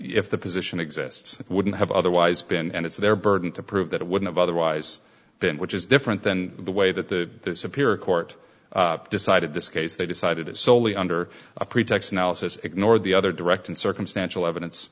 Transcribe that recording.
if the position exists wouldn't have otherwise been and it's their burden to prove that it wouldn't have otherwise been which is different than the way that the superior court decided this case they decided it solely under a pretext analysis ignored the other direct and circumstantial evidence